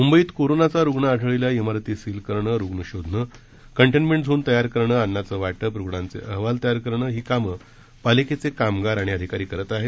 मुंबईत कोरोनाचा रुग्ण आढळलेल्या मिरती सील करणं रुग्ण शोधणं कंटेन्मेंट झोन तयार करणं अन्नाचं वाटप रुग्णांचे अहवाल तयार करणं ही कामं पालिकेचे कामगार आणि अधिकारी करत आहेत